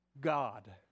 God